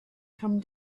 come